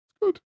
good